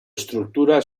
estructura